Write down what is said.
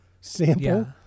sample